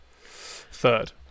third